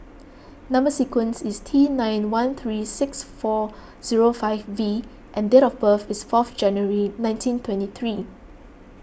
Number Sequence is T nine one three six four zero five V and date of birth is fourth January nineteen twenty three